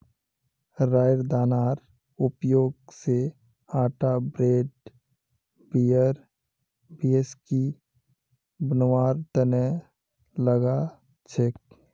राईयेर दानार उपयोग स आटा ब्रेड बियर व्हिस्की बनवार तना लगा छेक